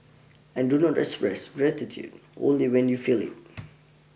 and do not express gratitude only when you feel it